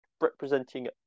representing